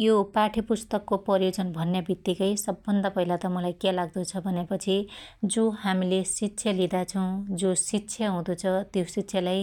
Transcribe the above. यो पाठयपुस्तकको प्रयोजन भन्या बित्तीकै सबभन्दा पहिलात मुलाई क्या लाग्दो छ भन्यापछि जो हामीले शिक्षा लिदा छु ,जो शिक्षा हुदो छ त्यो शिक्षालाई